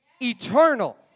eternal